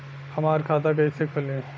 हमार खाता कईसे खुली?